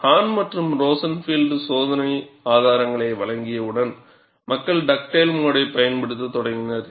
ஹான் மற்றும் ரோசன்ஃபீல்ட் சோதனை ஆதாரங்களை வழங்கியவுடன் மக்கள் டக்டேல் மோடைப் பயன்படுத்தத் தொடங்கினர்